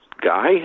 guy